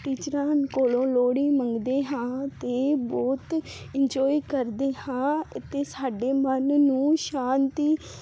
ਟੀਚਰਾਂ ਕੋਲੋ ਲੋਹੜੀ ਮੰਗਦੇ ਹਾਂ ਤੇ ਬਹੁਤ ਇੰਜੋਏ ਕਰਦੇ ਹਾਂ ਤੇ ਸਾਡੇ ਮਨ ਨੂੰ ਸ਼ਾਂਤੀ